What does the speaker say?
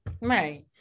right